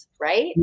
right